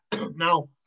Now